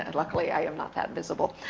and luckily, i am not that visible.